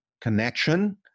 connection